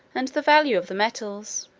and the value of the metals